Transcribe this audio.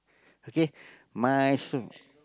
okay my soon